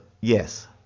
Yes